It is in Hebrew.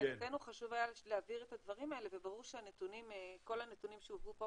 מבחינתנו חשוב היה להבהיר את הדברים האלה וברור שכל הנתונים שהובאו פה,